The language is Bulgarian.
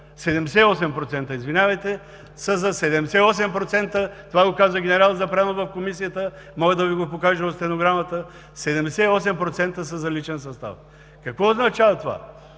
78% са за личен състав. Какво означава това?